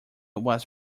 was